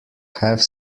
have